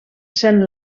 sent